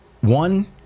One